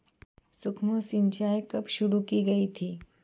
सूक्ष्म सिंचाई कब शुरू की गई थी?